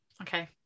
Okay